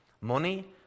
money